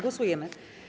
Głosujemy.